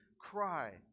cry